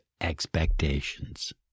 expectations